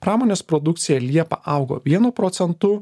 pramonės produkcija liepą augo vienu procentu